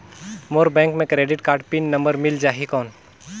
मोर bank मे credit card pin number मिल जाहि कौन?